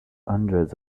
hundreds